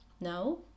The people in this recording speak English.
no